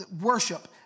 worship